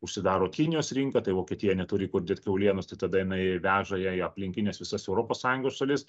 užsidaro kinijos rinka tai vokietija neturi kur dėt kiaulienos tai tada jinai veža ją į aplinkines visas europos sąjungos šalis